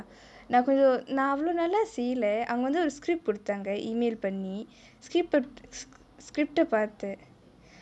நா கொஞ்சோ நா அவ்வலொ நல்ல செய்யலே அங்கே வந்து ஒரு:naa konjo naa avalo nalla seiyalae angae vanthu oru script கொடுத்தாங்கே:koduthangae email பண்ணி:panni script scr~ script ட பாத்தே:te paathae